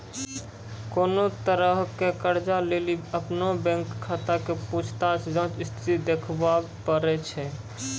कोनो तरहो के कर्जा लेली अपनो बैंक खाता के पूछताछ जांच स्थिति देखाबै पड़ै छै